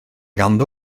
ganddo